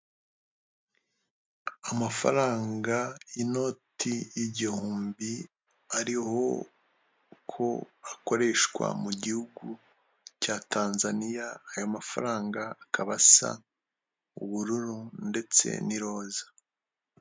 Amafaranga y'inoti igihumbi ariho uko akoreshwa mu gihugu cya Tanzania, aya mafaranga akaba asa ubururu ndetse n'iroza.